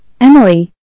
Emily